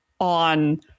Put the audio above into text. on